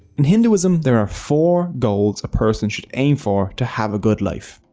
in hinduism, there a four goals a person should aim for to have a good life.